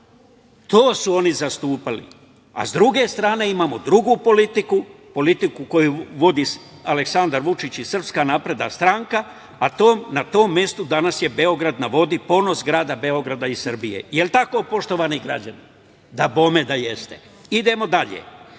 To su oni zastupali, a s druge strane imamo drugu politiku, politiku koju vodi Aleksandar Vučić i SNS, a na tom mestu danas je „Beograd na vodi“, ponos grada Beograda i Srbije. Da li je tako, poštovani građani? Dabome da jeste. Idemo dalje.